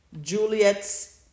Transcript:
Juliet's